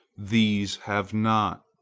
these have not.